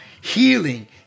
healing